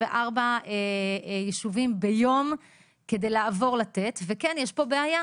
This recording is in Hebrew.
וארבעה יישובים ביום כדי לעבור לתת וכן יש פה בעיה.